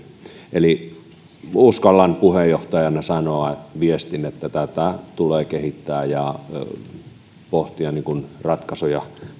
eli uskallan puheenjohtajana sanoa viestin että tätä tulee kehittää ja että tulee pohtia ratkaisuja